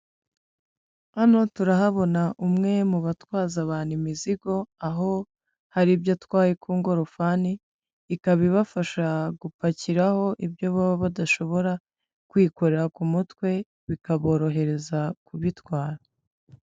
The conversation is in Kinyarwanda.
Hano turahabona umwe mu batwaza abantu imizigo aho hari ibyotwaye ku ngorofani, ikaba ibafasha gupakiraho ibyo baba badashobora kwikorera ku mutwe bikaborohereza kubitwara.